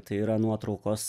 tai yra nuotraukos